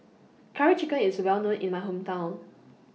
Curry Chicken IS Well known in My Hometown